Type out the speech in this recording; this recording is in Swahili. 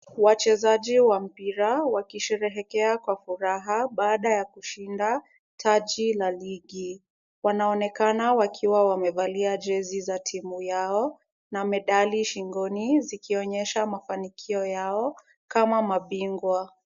Wachezaji wa mpira wakisherehekea kwa furaha baada ya kushinda taji la ligi. Wanaonekana wakiwa wamevalia jezi za timu yao na medali shingoni zikionyesha mafanikio yao kama mabingwa.